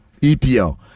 EPL